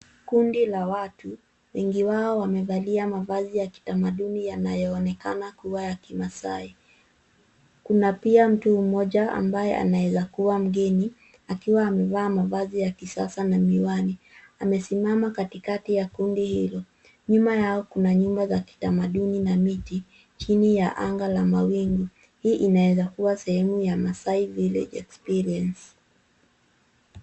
Kundi la watu, wengi wao wamevalia mavazi ya kitamaduni yanayoonekana kuwa ya kimasaai. Kuna pia mtu mmoja ambaye anaweza kuwa mgeni, akiwa amevaa mavazi ya kisasa na miwani. Amesimama katikati ya kundi hilo. Nyuma yao kuna nyumba tha kitamaduni na miti, chini ya anga la mawingu. Hii inaezakuwa sehemu ya masai village experience